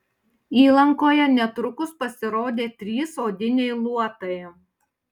įlankoje netrukus pasirodė trys odiniai luotai